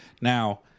Now